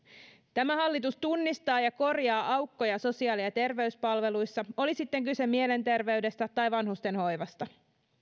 tämä hallitus tunnistaa ja korjaa aukkoja sosiaali ja terveyspalveluissa oli sitten kyse mielenterveydestä tai vanhustenhoivasta